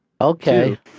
Okay